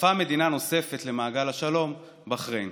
הצטרפה מדינה נוספת למעגל השלום, בחריין.